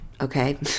Okay